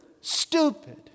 stupid